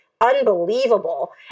unbelievable